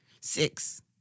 Six